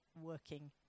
working